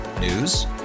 News